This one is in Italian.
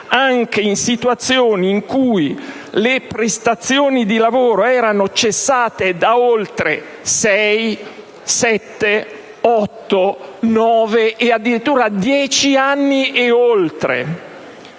anche in situazioni in cui le prestazioni di lavoro erano cessate da oltre sei, sette, otto, nove e addirittura dieci anni e oltre;